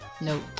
Nope